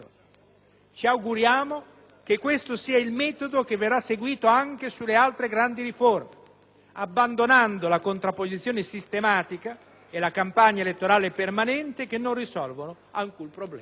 Ci auguriamo che questo sia il metodo che verrà seguito anche sulle altre grandi riforme, abbandonando la contrapposizione sistematica e la campagna elettorale permanente, che non risolvono alcun problema.